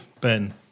Ben